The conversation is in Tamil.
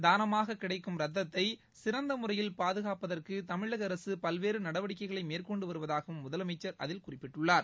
தானமாக கிடைக்கும் ரத்தத்தை சிறந்த முறையில் பாதுகாப்பதற்கு தமிழக அரசு பல்வேறு நடவடிக்கைகளை மேற்கொண்டு வருவதாகவும் முதலமைச்சர் அதில் குறிப்பிட்டுள்ளார்